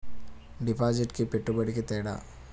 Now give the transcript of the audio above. డిపాజిట్కి పెట్టుబడికి తేడా?